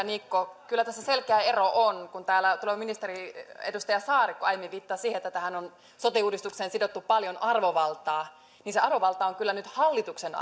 niikko kyllä tässä selkeä ero on kun täällä tuleva ministeri edustaja saarikko aiemmin viittasi siihen että tähän sote uudistukseen on sidottu paljon arvovaltaa niin se arvovalta on kyllä nyt hallituksen